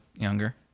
younger